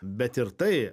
bet ir tai